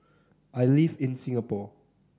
I live in Singapore